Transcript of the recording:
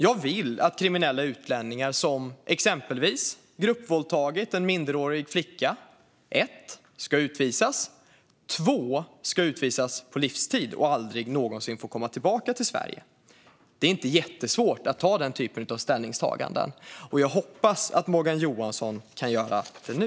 Jag vill att kriminella utlänningar som exempelvis har gruppvåldtagit en minderårig flicka för det första ska utvisas, för det andra ska utvisas på livstid och aldrig någonsin få komma tillbaka till Sverige. Det är inte jättesvårt att göra den typen av ställningstaganden. Jag hoppas att Morgan Johansson kan göra det nu.